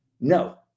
No